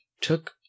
took